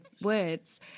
words